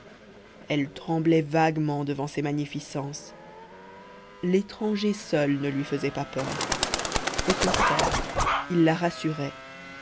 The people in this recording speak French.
elle tremblait vaguement devant ces magnificences l'étranger seul ne lui faisait pas peur au contraire il la rassurait